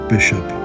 Bishop